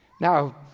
Now